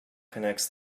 connects